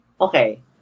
Okay